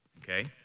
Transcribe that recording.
okay